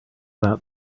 about